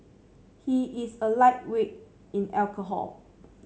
he is a lightweight in alcohol